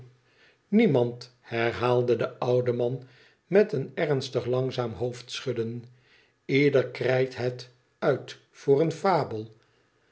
niemand herhaalde de oude man meteen ernstig langzaam hoofdschudden t ieder krijt het uit voor eene fabel